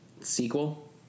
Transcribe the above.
Sequel